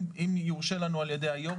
אם יורשה לנו על יושבת-הראש,